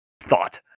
thought